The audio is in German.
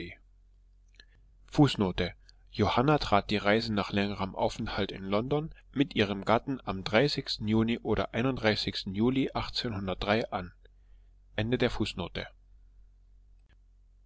johanna trat die reise nach längerem aufenthalt in london mit ihrem gatten am juni juli